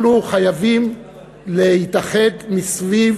אנחנו חייבים להתאחד מסביב